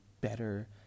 better